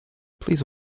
please